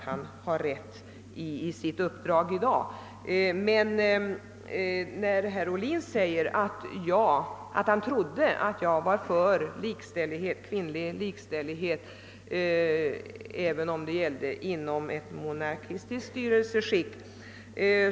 Herr Ohlin säger, att han trodde att jag var för full kvinnlig likställighet även inom ett monarkistiskt styrelseskick.